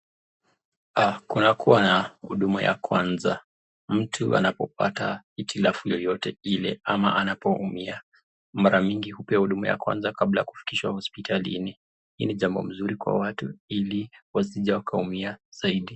Kunakuwa na huduma ya kwanza mtu anapopata hitilafu yoyote Ile ama anapoumia mara mingi hupewa huduma ya kwanza kabla ya kufikishwa hospitalini, Hii ni jambo mzuri kwa watu hili wasije wakaumia zaidi.